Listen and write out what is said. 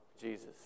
Jesus